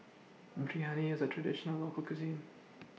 Biryani IS A Traditional Local Cuisine